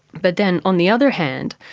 but then, on the other hand,